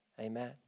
Amen